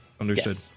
Understood